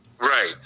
Right